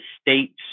state's